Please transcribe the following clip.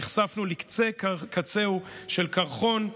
נחשפנו לקצה-קצהו של הקרחון,